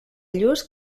lluç